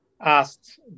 asked